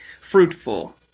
fruitful